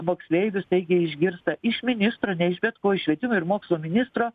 moksleivių staigiai išgirsta iš ministro ne iš bet ko iš švietimo ir mokslo ministro